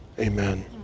Amen